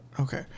okay